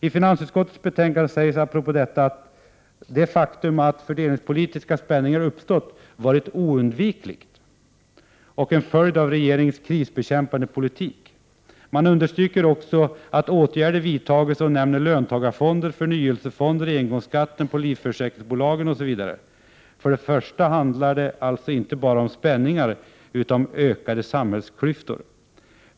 I finansutskottets betänkande sägs apropå detta att det faktum att fördelningspolitiska spänningar uppstått varit ”oundvikligt” och en följd av regeringens krisbekämpande politik. Man understryker också att åtgärder vidtagits och nämner löntagarfonder, förnyelsefonder, engångsskatten på livförsäkringsbolagen osv. För det första handlar det alltså inte bara om spänningar, utan om ökade samhällsklyftor.